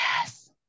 Yes